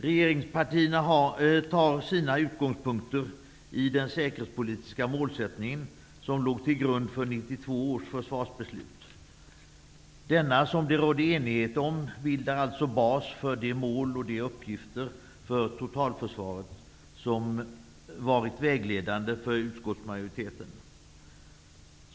Regeringspartierna tar sin utgångspunkt i den säkerhetspolitiska målsättning som låg till grund för 1992 års försvarsbeslut. Denna, som det rådde enighet om, bildar alltså bas för de mål och uppgifter för totalförsvaret som varit vägledande för utskottsmajoriteten.